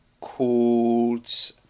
called